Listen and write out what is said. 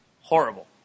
Horrible